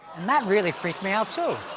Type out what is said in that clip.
and that really freaked me out, too.